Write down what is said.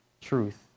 truth